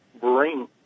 bring